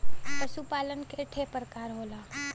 पशु पालन के ठे परकार होला